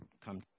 come